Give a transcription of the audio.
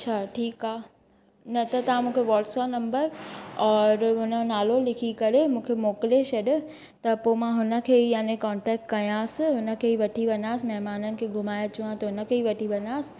अच्छा ठीकु आहे न त तव्हां मूंखे व्हटसप नंबर और हुनजो नालो लिखी करे मूंखे मोकिले छॾ त पोइ मां हुनखे ई यानि कॉन्टैक्ट कयांसि हुनखे वठी वञासि महिमाननि खे घुमाय अचणो हा त हिनखे ई वठी वञासि